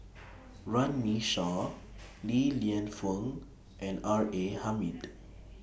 Runme Shaw Li Lienfung and R A Hamid